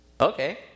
Okay